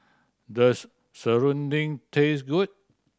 does serunding taste good